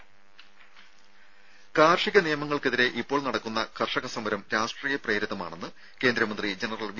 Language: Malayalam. രുര കാർഷിക നിയമങ്ങൾക്കെതിരെ ഇപ്പോൾ നടക്കുന്ന കർഷക സമരം രാഷ്ട്രീയപ്രേരിതമാണെന്ന് കേന്ദ്രമന്ത്രി ജനറൽ വി